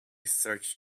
search